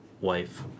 wife